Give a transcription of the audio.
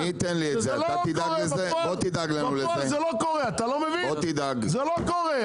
בפועל זה לא קורה,